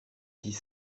dix